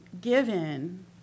given